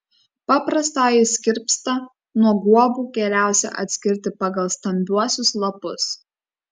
paprastąjį skirpstą nuo guobų geriausia atskirti pagal stambiuosius lapus